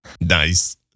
nice